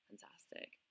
Fantastic